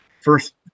first